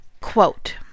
Quote